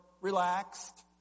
relaxed